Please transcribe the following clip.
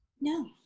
no